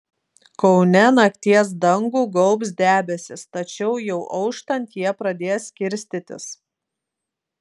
kaune nakties dangų gaubs debesys tačiau jau auštant jie pradės skirstytis